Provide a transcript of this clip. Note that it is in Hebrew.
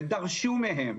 ודרשו מהם